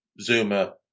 Zuma